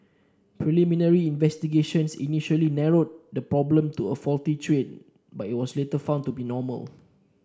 preliminary investigations initially narrowed the problem to a faulty train but it was later found to be normal